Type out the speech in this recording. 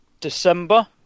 December